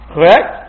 Correct